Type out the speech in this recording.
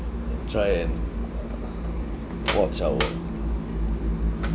and try and uh watch our